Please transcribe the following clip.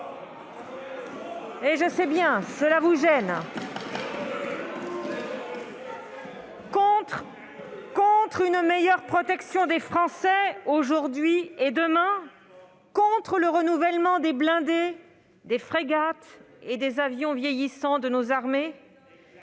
! Je sais bien, cela vous gêne ! Allez-vous voter contre une meilleure protection des Français aujourd'hui et demain ? Contre le renouvellement des blindés, des frégates et des avions vieillissants de nos armées ?